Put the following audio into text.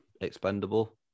expendable